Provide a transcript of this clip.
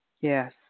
Yes